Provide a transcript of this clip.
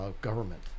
government